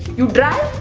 you drive?